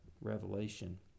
revelation